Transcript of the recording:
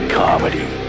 comedy